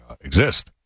exist